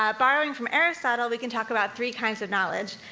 ah borrowing from aristotle, we can talk about three kinds of knowledge.